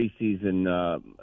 preseason